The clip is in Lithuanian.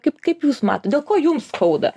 kaip kaip jūs matot dėl ko jum skauda